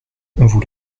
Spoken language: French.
vous